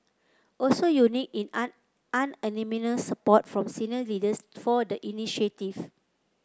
also unique in unanimous support from senior leaders for the initiative